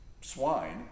swine